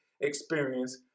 experience